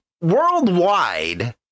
worldwide